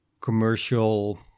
commercial